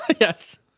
Yes